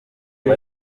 ibi